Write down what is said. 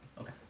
Okay